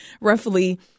roughly